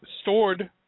stored